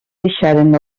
deixaren